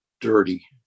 dirty